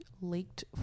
leaked